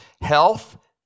health